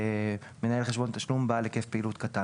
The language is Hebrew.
מנהל חשבון תשלום בעל היקף פעילות קטן.